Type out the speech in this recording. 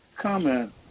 comment